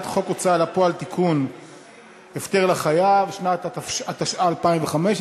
הצבעתי בטעות, אתה בעד או לא בעד?